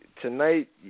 tonight